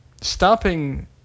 stopping